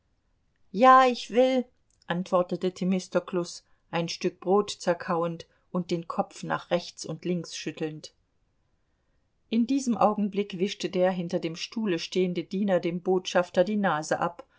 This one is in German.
ja ich will antwortete themistoklus ein stück brot zerkauend und den kopf nach rechts und links schüttelnd in diesem augenblick wischte der hinter dem stuhle stehende diener dem botschafter die nase ab